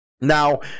Now